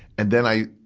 and then i,